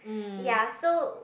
ya so